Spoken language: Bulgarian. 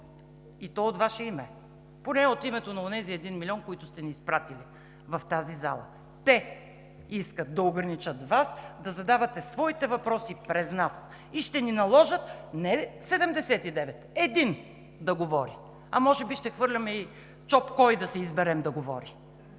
и то от Ваше име – поне от името на онези един милион, които сте ни изпратили в тази зала, те искат да ограничат Вас да задавате своите въпроси през нас и ще ни наложат не 79, а един да говори. А може би ще хвърляме и чоп кой да си изберем да говори!